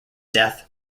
death